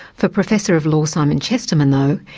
for professor of law, simon chesterman, though,